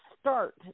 start